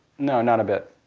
no, not a bit.